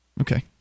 Okay